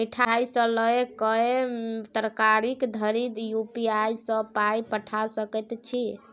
मिठाई सँ लए कए तरकारी धरि यू.पी.आई सँ पाय पठा सकैत छी